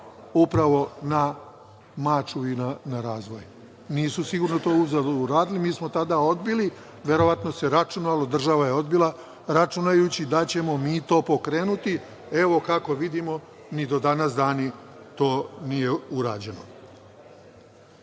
upravo na Mačvu i na razvoj. Nisu sigurno uzalud uradili. Mi smo tada odbili, država je odbila računajući da ćemo mi to pokrenuti. Evo, kako vidimo, ni do danas dan to nije urađeno. Čini